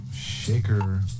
shaker